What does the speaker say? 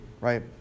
right